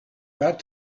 that